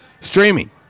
streaming